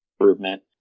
improvement